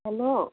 hello